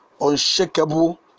unshakable